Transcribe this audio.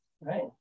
Right